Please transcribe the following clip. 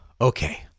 Okay